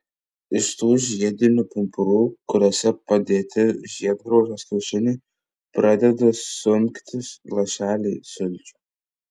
iš tų žiedinių pumpurų kuriuose padėti žiedgraužio kiaušiniai pradeda sunktis lašeliai sulčių